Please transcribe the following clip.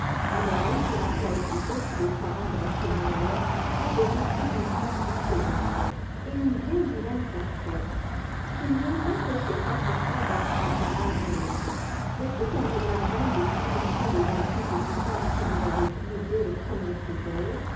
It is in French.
et marie se rappela aussitôt que le parrain drosselmeier avait aussi une cape assez laide et une bien vilaine casquette ce qui ne l'empêchait pas pourtant d'être un parrain bien-aimé et tout en regardant de plus en plus le gentil petit homme qui lui avait plu dès le premier coup d'œil